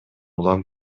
улам